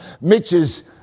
Mitch's